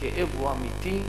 הכאב הוא אמיתי.